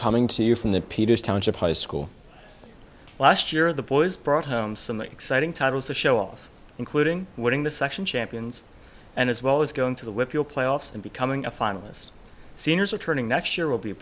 coming to you from the peters township high school last year the boys brought home some exciting titles to show off including winning the section champions and as well as going to the whitfield playoffs and becoming a finalist seniors returning next year will be